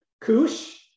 Kush